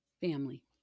Family